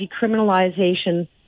decriminalization